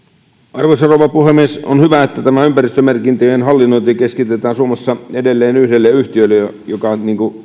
arvoisa rouva puhemies on hyvä että tämä ympäristömerkintöjen hallinnointi keskitetään suomessa edelleen yhdelle yhtiölle joka